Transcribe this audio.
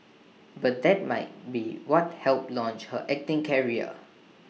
but that might be what helped launch her acting career